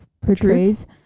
portrays